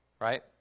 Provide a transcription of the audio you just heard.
Right